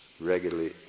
regularly